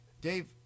Dave